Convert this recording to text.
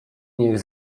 niech